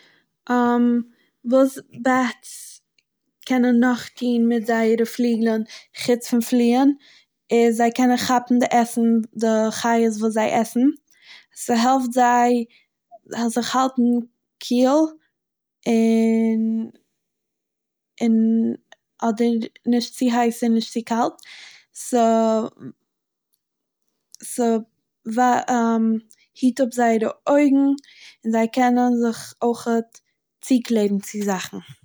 וואס בעט'ס קענען נאך טוהן מיט זייערע פליגלן חוץ פון פליען איז זיי קענען כאפן די עסן די חיות וואס זיי עסן, ס'העלפט זיי זיך האלטן קיל, און אדער נישט צו הייס און נישט צו קאלט, ס'... ווא... היט אפ זייערע אויגן און זיי קענען זיך אויכעט צוקלעבן צו זאכן.